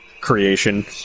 creation